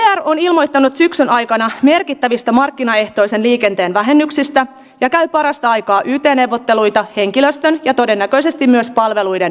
vr on ilmoittanut syksyn aikana merkittävistä markkinaehtoisen liikenteen vähennyksistä ja käy parastaikaa yt neuvotteluita henkilöstön ja todennäköisesti myös palveluiden vähentämisestä